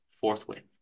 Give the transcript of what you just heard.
forthwith